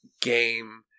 game